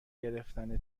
گرفتن